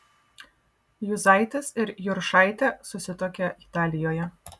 juzaitis ir juršaitė susituokė italijoje